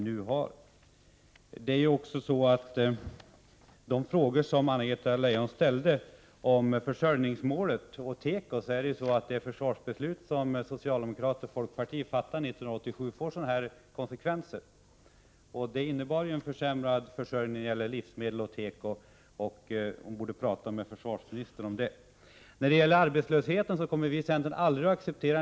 När det gäller de frågor som Anna-Greta Leijon ställde om försörjningsmålet och teko vill jag säga att det försvarsbeslut som socialdemokraterna och folkpartiet 1987 fattade innebar en försämrad försörjning när det gäller livsmedel och teko. Anna-Greta Leijon borde prata med försvarsministern om det. En hög arbetslöshet kommer vi i centern aldrig att acceptera.